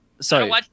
Sorry